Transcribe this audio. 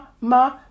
ma